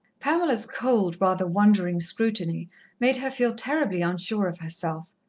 pamela's cold, rather wondering scrutiny made her feel terribly unsure of herself.